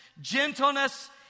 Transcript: gentleness